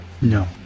no